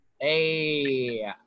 Hey